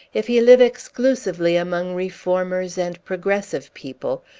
if he live exclusively among reformers and progressive people,